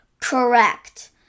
correct